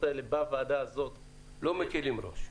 האלה בוועדה הזאת -- לא מקלים ראש.